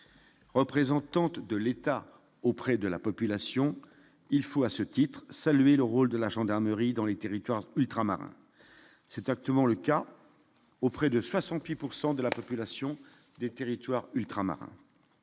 représentante de l'État auprès de la population, il faut à ce titre-salué le rôle de la gendarmerie dans les territoires ultramarins c'est actuellement le cas auprès de façon puis pourcent de la population des territoires ultramarins,